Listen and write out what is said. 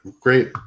Great